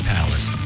Palace